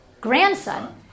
Grandson